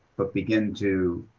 but begin to